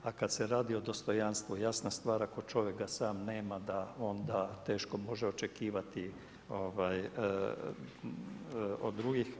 A kada se radi o dostojanstvu, jasna stvar ako čovjek ga sam nema da onda teško može očekivati od drugih.